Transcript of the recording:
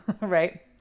right